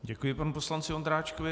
Děkuji panu poslanci Ondráčkovi.